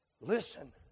listen